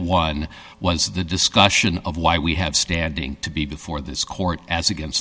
one was the discussion of why we have standing to be before this court as against